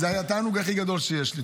זה התענוג הכי גדול שיש לי.